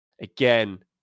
again